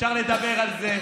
אפשר לדבר על זה,